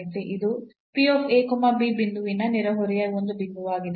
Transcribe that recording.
ಇದು ಬಿಂದುವಿನ ನೆರೆಹೊರೆಯ ಒಂದು ಬಿಂದುವಾಗಿದೆ